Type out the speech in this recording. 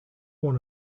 one